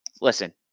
Listen